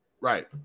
Right